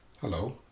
hello